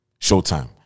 showtime